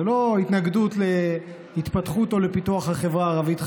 זה לא התנגדות להתפתחות או לפיתוח החברה הערבית,